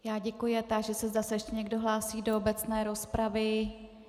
Já děkuji a táži se, zda se ještě někdo hlásí do obecné rozpravy.